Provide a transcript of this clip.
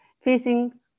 facing